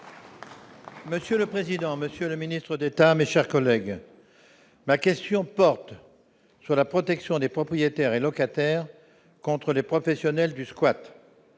Monsieur le président, Monsieur le Ministre d'État, mes chers collègues, ma question porte sur la protection des propriétaires et locataires contre les professionnels du squat,